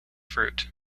fruit